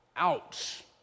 Ouch